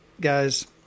guys